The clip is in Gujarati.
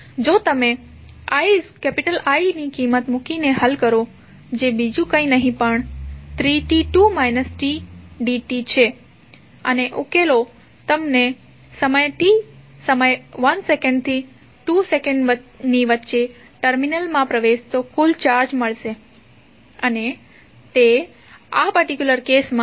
તો જો તમે I ની કિંમત મૂકીને હલ કરો જે બીજુ કઇ નહી પણ dt છે અને ઉકેલો તમને સમય 1 સેકન્ડથી 2 સેકન્ડની વચ્ચે ટર્મિનલમાં પ્રેવેશતો કુલ ચાર્જ મળશે અને તે આ પર્ટિક્યુલર કેસ માં 5